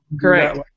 correct